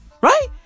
Right